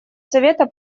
совета